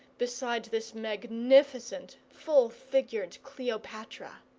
beside this magnificent, full-figured cleopatra?